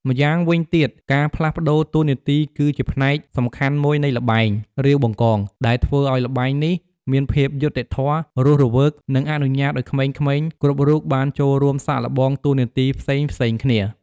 ម្យ៉ាងវិញទៀតការផ្លាស់ប្តូរតួនាទីគឺជាផ្នែកសំខាន់មួយនៃល្បែង រាវបង្កង ដែលធ្វើឱ្យល្បែងនេះមានភាពយុត្តិធម៌ រស់រវើក និងអនុញ្ញាតឱ្យក្មេងៗគ្រប់រូបបានចូលរួមសាកល្បងតួនាទីផ្សេងៗគ្នា។